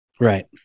right